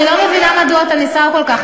אני לא מבינה מדוע אתה נסער כל כך,